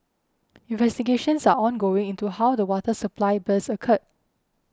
investigations are ongoing into how the water supply burst occurred